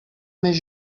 més